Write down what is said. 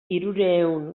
hirurehun